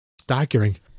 staggering